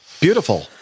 Beautiful